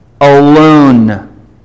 alone